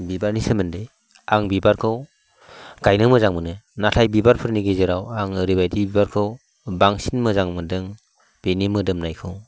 बिबारनि सोमोन्दै आं बिबारखौ गायनो मोजां मोनो नाथाय बिबारफोरनि गेजेराव आं ओरैबायदि बिबारखौ बांसिन मोजां मोन्दों बेनि मोदोमनायखौ